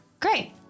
Great